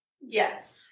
Yes